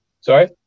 Sorry